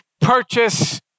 purchase